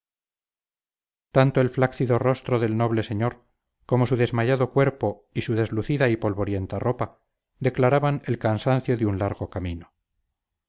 tanto el fláccido rostro del noble señor como su desmayado cuerpo y su deslucida y polvorienta ropa declaraban el cansancio de un largo camino